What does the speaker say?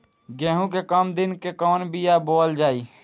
गेहूं के कम दिन के कवन बीआ बोअल जाई?